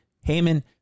Haman